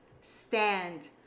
Stand